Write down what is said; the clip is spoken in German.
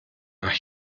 nach